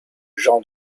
jean